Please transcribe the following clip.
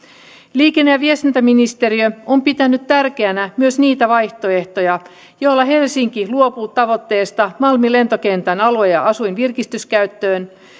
liikenne ja viestintäministeriö on pitänyt tärkeänä myös niitä vaihtoehtoja joilla helsinki luopuu tavoitteesta malmin lentokentän alueen asuin ja virkistyskäyttöön